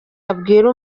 abwira